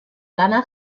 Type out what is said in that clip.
lana